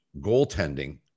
goaltending